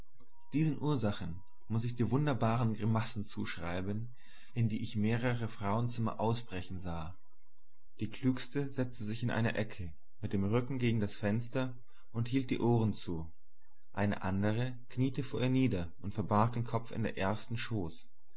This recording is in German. diesen ursachen muß ich die wunderbaren grimassen zuschreiben in die ich mehrere frauenzimmer ausbrechen sah die klügste setzte sich in eine ecke mit dem rücken gegen vor ihr nieder und verbarg den kopf in der erster schoß